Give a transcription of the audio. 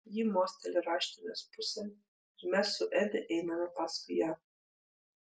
ji mosteli raštinės pusėn ir mes su edi einame paskui ją